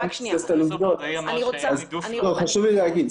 רק שנייה --- לא, חשוב לי להגיד.